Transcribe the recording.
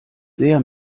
sehr